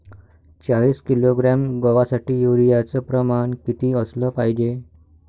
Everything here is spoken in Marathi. चाळीस किलोग्रॅम गवासाठी यूरिया च प्रमान किती असलं पायजे?